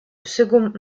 second